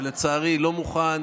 שלצערי לא מוכן